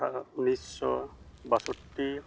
ᱟᱴᱷᱟᱨᱚ ᱩᱱᱤᱥᱥᱚ ᱵᱟᱥᱚᱴᱴᱤ